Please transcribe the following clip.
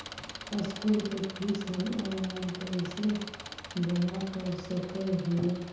School के fees हम online कैसे जमा कर सक हिय?